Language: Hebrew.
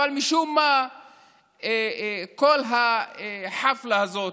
אבל משום מה כל החפלה הזאת,